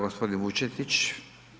Gospodin Vučetić.